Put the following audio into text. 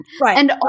Right